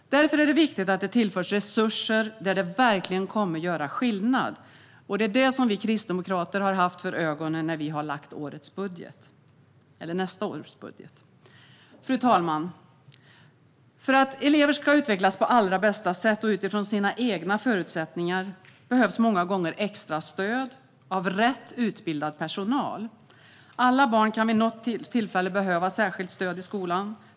Därför är det viktigt att resurser tillförs dit där de verkligen kommer att göra skillnad. Detta hade vi kristdemokrater för ögonen när vi lade fram nästa års budget. Fru talman! För att elever ska utvecklas på allra bästa sätt och utifrån sina egna förutsättningar behövs många gånger extra stöd av rätt utbildad personal. Alla barn kan vid något tillfälle behöva särskilt stöd i skolan.